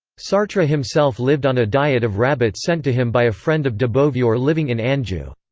sartre himself lived on a diet of rabbits sent to him by a friend of de beauvior living in anjou.